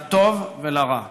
לטוב ולרע,